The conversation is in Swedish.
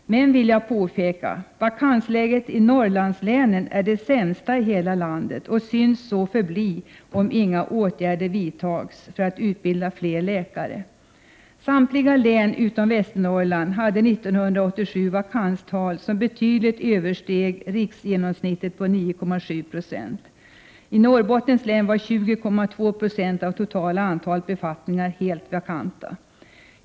Men jag vill då påpeka att vakansläget i Norrlandslänen är det sämsta i hela landet och synes så förbli, om inga åtgärder vidtages för att få 29 fler utbildade läkare. 1987 hade samtliga län utom Västernorrlands län vakanstal som betydligt översteg riksgenomsnittet på 9,7 Zo. I Norrbottens län var 20,2 96 av det totala antalet befattningar helt vakanta.